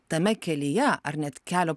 tame kelyje ar net kelio